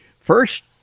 First